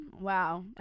Wow